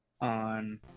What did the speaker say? on